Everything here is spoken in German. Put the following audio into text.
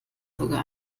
sogar